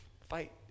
fight